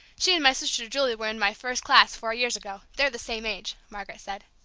she and my sister, julie, were in my first class four years ago they're the same age, margaret said.